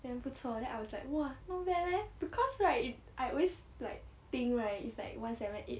then 不错 then I was like !wah! not bad leh because like I always like think right is like one seven eight